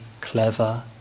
clever